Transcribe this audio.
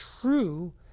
true